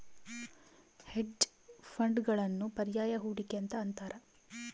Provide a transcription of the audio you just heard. hedge ಫಂಡ್ಗಳನ್ನು ಪರ್ಯಾಯ ಹೂಡಿಕೆ ಅಂತ ಅಂತಾರ